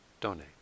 donate